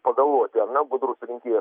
pagalvoti ane budrus rinkėjas